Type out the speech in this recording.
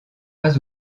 pas